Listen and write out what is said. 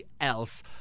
else